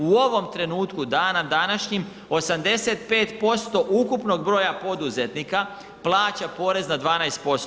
U ovom trenutku, dana današnjim 85% ukupnog broja poduzetnika plaća porez na 12%